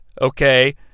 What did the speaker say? okay